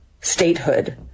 statehood